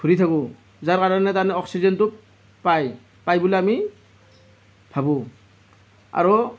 ঘুৰি থাকোঁ যাৰ কাৰণে অক্সিজেনটো পায় পায় বুলি আমি ভাবোঁ আৰু